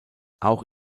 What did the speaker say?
auch